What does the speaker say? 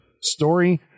story